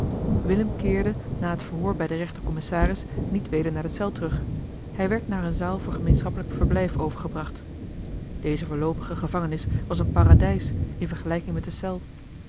willem keerde na het verhoor bij den rechter-commissaris niet weder naar de cel terug hij werd naar eene zaal voor gemeenschappelijk verblijf overgebracht eli heimans willem roda deze voorloopige gevangenis was een paradijs in vergelijking met de cel